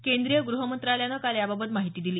केंद्रीय गृह मंत्रालयानं काल याबाबत माहिती दिली